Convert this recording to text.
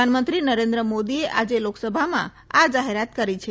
પ્રધાનમંત્રી નરેન્દ્ર મોદીએ આજે લોકસભામાં આ જાહેરાત કરી છે